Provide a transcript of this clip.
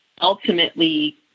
ultimately